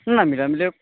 নাই মিলাই মেলিয়ে